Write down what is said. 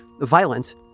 violent